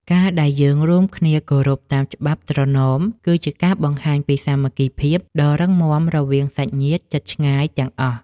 ការដែលយើងរួមគ្នាគោរពតាមច្បាប់ត្រណម គឺជាការបង្ហាញពីសាមគ្គីភាពដ៏រឹងមាំរវាងសាច់ញាតិជិតឆ្ងាយទាំងអស់។